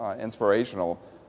inspirational